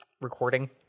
recording